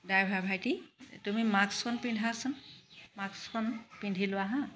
driver ভাইটি তুমি মাস্কখন পিন্ধাচোন মাস্কখন পিন্ধি লোৱা হা